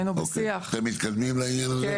אתם מתקדמים לעניין הזה?